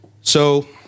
So-